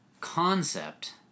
concept